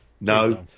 No